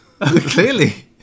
Clearly